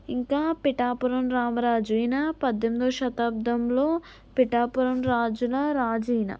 ఇంకా పిఠాపురం రామరాజు ఈయన పద్దెనిమిదోవ శతాబ్దంలో పిఠాపురం రాజుల రాజు ఈయన